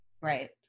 Right